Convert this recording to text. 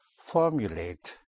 Formulate